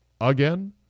again